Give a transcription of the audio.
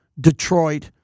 Detroit